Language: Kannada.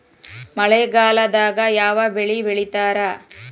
ಮಳೆಗಾಲದಾಗ ಯಾವ ಬೆಳಿ ಬೆಳಿತಾರ?